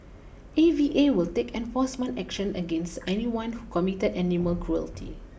A V A will take enforcement action against anyone who committed animal cruelty